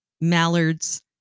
mallards